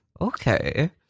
Okay